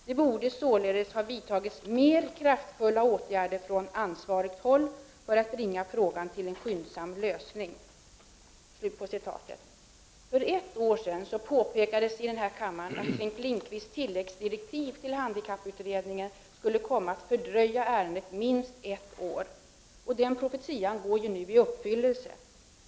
Det borde således ha vidtagits mer kraftfulla åtgärder från ansvarigt håll för att bringa frågan till en skyndsam lösning.” För ett år sedan påpekades i denna kammare att Bengt Lindqvists tilläggsdirektiv till handikapputredningen skulle komma att fördröja ärendet minst ett år. Den profetian går ju nu i uppfyllelse.